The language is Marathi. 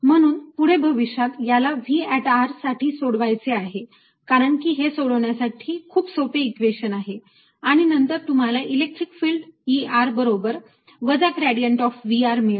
म्हणून पुढे भविष्यात याला V साठी सोडवायचे आहे कारण की हे सोडवण्यासाठी खूप सोपे इक्वेशन आहे आणि नंतर तुम्हाला इलेक्ट्रिक फिल्ड E बरोबर वजा ग्रेडियंट ऑफ V मिळेल